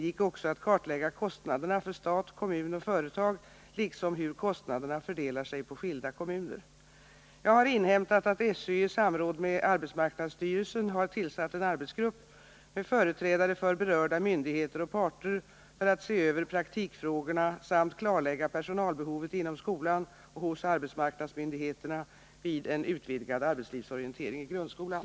kartlägga kostnaderna för stat, kommun och företag, liksom hur kostnaderna fördelar sig på skilda kommuner. Jag har inhämtat att SÖ i samråd med arbetsmarknadsstyrelsen har tillsatt en arbetsgrupp med företrädare för berörda myndigheter och parter för att se över praktikfrågorna samt klarlägga personalbehovet inom skolan och hos arbetsmarknadsmyndigheterna vid en utvidgad arbetslivsorientering i grundskolan.